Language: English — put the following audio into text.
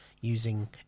using